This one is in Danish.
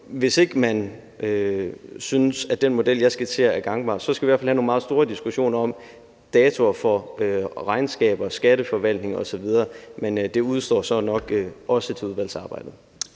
hvis ikke man synes, at den model, jeg skitserer, er gangbar, skal vi i hvert fald have nogle meget store diskussioner om datoer for regnskaber, skatteforvaltning osv. Men det udestår så nok også til udvalgsarbejdet.